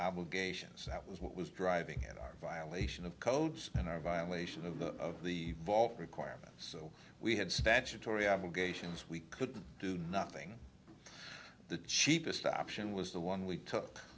obligations that was what was driving violation of codes and i violation of the of the vault requirement so we had statutory obligations we could do nothing the cheapest option was the one we took